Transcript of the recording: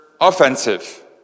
offensive